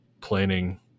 planning